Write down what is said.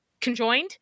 conjoined